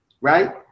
right